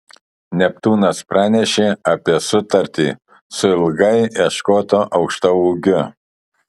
neptūnas pranešė apie sutartį su ilgai ieškotu aukštaūgiu